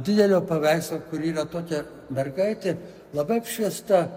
didelio paveikslo kur yra tokia mergaitė labai apšviesta